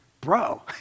bro